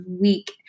week